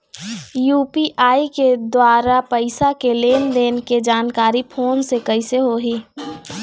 UPI के द्वारा पैसा के लेन देन के जानकारी फोन से कइसे होही?